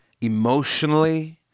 Emotionally